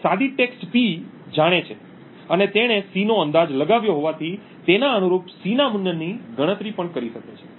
તે સાદી text P જાણે છે અને તેણે C નો અંદાજ લગાવ્યો હોવાથી તેના અનુરૂપ C ના મૂલ્યની ગણતરી પણ કરી શકે છે